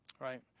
right